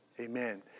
Amen